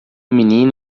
menina